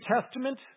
Testament